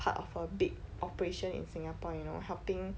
part of a big operation in singapore you know helping